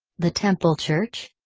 the temple church?